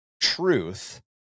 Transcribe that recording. truth